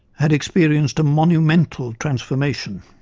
had experienced a monumental transformation.